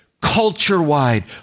culture-wide